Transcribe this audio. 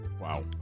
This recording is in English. Wow